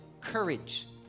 courage